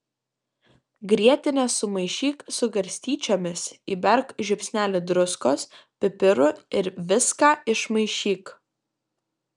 grietinę sumaišyk su garstyčiomis įberk žiupsnelį druskos pipirų ir viską išmaišyk